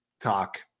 talk